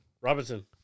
Robinson